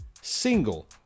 single